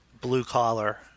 blue-collar